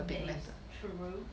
that is true